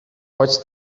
pots